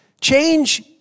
Change